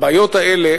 הבעיות האלה,